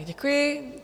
Děkuji.